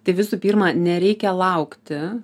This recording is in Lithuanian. tai visų pirma nereikia laukti